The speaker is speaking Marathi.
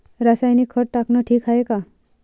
रासायनिक खत टाकनं ठीक हाये का?